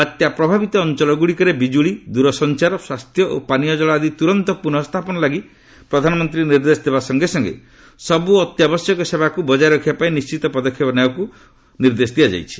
ବାତ୍ୟା ପ୍ରଭାବିତ ଅଞ୍ଚଳ ଗୁଡ଼ିକରେ ବିଜୁଳି ଦୂରସଞ୍ଚାର ସ୍ୱାସ୍ଥ୍ୟ ଓ ପାନୀୟ ଜଳ ଆଦି ତୁରନ୍ତ ପୁନଃ ସ୍ଥାପନ ଳାଗି ପ୍ରଧାନମନ୍ତ୍ରୀ ନିର୍ଦ୍ଦେଶ ଦେବା ସଙ୍ଗେ ସଙ୍ଗେ ସବୁ ଅତ୍ୟାବଶ୍ୟକୀୟ ସେବାକୁ ବଜାୟ ରଖିବା ପାଇଁ ନିଶ୍ଚିତ ପଦକ୍ଷେପ ନେବାକୁ ପ୍ରଧାନମନ୍ତ୍ରୀ ନିର୍ଦ୍ଦେଶ ଦେଇଛନ୍ତି